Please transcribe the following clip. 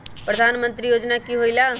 प्रधान मंत्री योजना कि होईला?